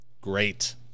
Great